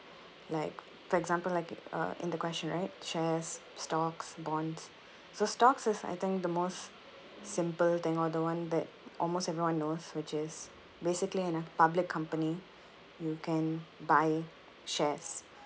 like for example like uh in the question right shares stocks bonds so stocks is I think the most simple than all the one that almost everyone knows which is basically in a public company you can buy shares